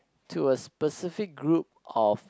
to a specific group of